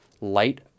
light